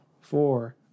four